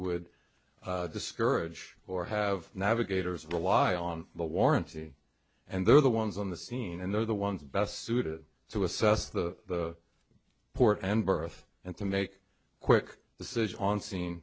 would discourage or have navigators in the law on the warranty and they're the ones on the scene and they're the ones best suited to assess the port and berth and to make quick decisions on scene